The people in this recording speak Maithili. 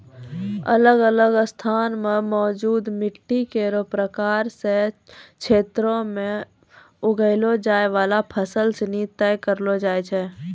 अलग अलग स्थान म मौजूद मिट्टी केरो प्रकार सें क्षेत्रो में उगैलो जाय वाला फसल सिनी तय करलो जाय छै